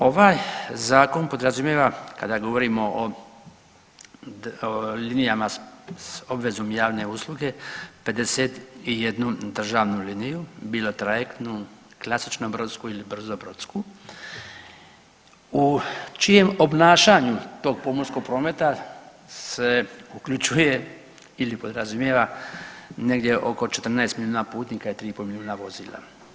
Ovaj zakon podrazumijeva kada govorimo o linijama s obvezom javne usluge 51 državnu liniju bilo trajektnu, klasično brodsku ili brzo brodsku u čijem obnašanju tog pomorskog prometa se uključuje ili podrazumijeva negdje oko 14 milijuna putnika i tri i pol milijuna vozila.